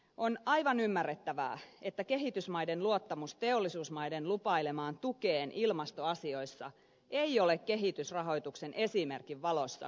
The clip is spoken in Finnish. on aivan ymmärrettävää että kehitysmaiden luottamus teollisuusmaiden lupailemaan tukeen ilmastoasioissa ei ole kehitysrahoituksen esimerkin valossa kovinkaan vankka